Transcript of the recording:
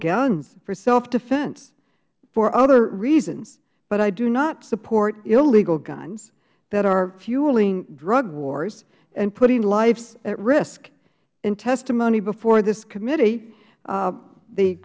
guns for selfdefense for other reasons but i do not support illegal guns that are fueling drug wars and putting lives at risk in testimony before this committee